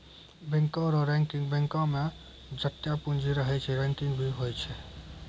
बैंको रो रैंकिंग बैंको मे जत्तै पूंजी रहै छै रैंकिंग भी होय छै